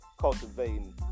cultivating